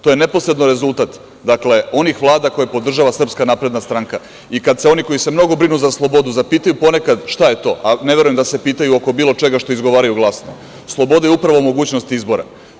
To je neposredan rezultat onih vlada koje podržava SNS i kad se oni koji se mnogo brinu za slobodu zapitaju ponekad šta je to, a ne verujem da se pitaju oko bilo čega što izgovaraju glasno, sloboda je upravo mogućnost izbora.